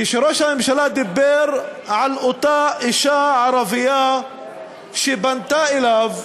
כשראש הממשלה דיבר על אותה אישה ערבייה שפנתה אליו,